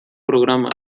programa